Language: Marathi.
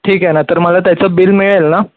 ठीक आहे ना तर मला त्याचं बिल मिळेल ना